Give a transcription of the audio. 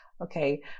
okay